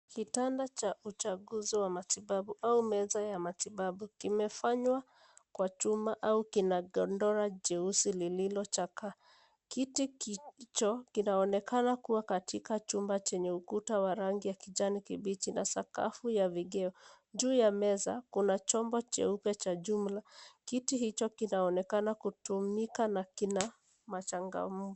Kitanda cha uchaguzi wa matibabu au meza ya matibabu, kimefanywa kwa chuma au kina godoro jeusi lililochakaa. Kiti kicho kinaonekana kuwa katika chumba chenye ukuta wa rangi ya kijani kibichi na sakafu ya vigae. Juu ya meza, kuna chombo cheupe cha jumla. Kiti hicho kinaonekana kutumika na kina machangam .